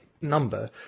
number